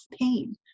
pain